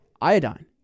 iodine